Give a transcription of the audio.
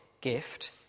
gift